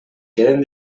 queden